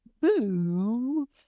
boo